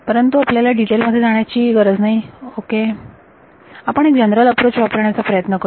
परंतु आपल्याला त्या विशेष मध्ये जाण्याची गरज नाही ओके आपण एक जनरल अप्रोच वापरण्याचा प्रयत्न करूया